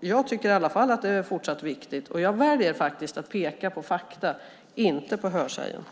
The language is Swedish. Jag tycker i alla fall att det är fortsatt viktigt. Jag väljer att peka på fakta, inte på hörsägen.